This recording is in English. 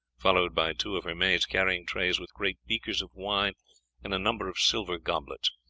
followed by two of her maids carrying trays with great beakers of wine and a number of silver goblets,